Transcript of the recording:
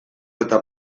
eta